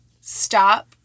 stop